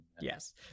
Yes